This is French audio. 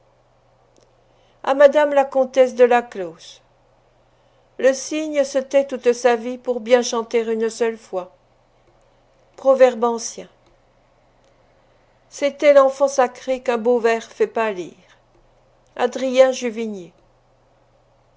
à madame la comtesse de laclos le cygne se tait toute sa vie pour bien chanter une seule fois proverbe ancien c'était l'enfant sacré qu'un beau vers fait pâlir adrien juvigny